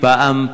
פעם,